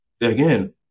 again